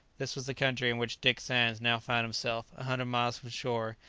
this was the country in which dick sands now found himself, a hundred miles from shore,